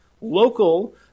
local